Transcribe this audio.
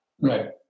right